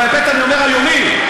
בהיבט, אני אומר, היומי.